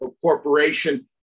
corporation